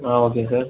ah okay sir